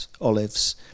Olives